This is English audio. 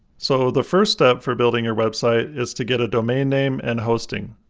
so, the first step for building your website is to get a domain name and hosting.